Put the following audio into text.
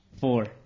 four